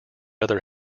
other